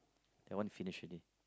that one finished already